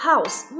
House